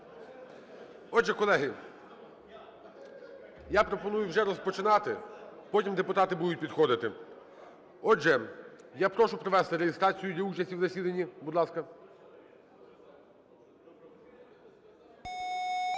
Отже, колеги, я пропоную вже розпочинати, потім депутати будуть підходити. Отже, я прошу провести реєстрацію для участі в засіданні, будь ласка.